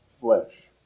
flesh